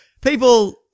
People